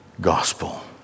gospel